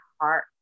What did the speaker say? heart